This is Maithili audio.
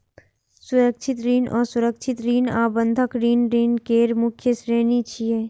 सुरक्षित ऋण, असुरक्षित ऋण आ बंधक ऋण ऋण केर मुख्य श्रेणी छियै